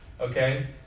Okay